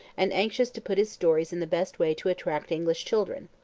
and anxious to put his stories in the best way to attract english children.